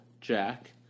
Jack